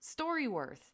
StoryWorth